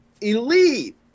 elite